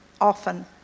often